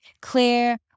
Clear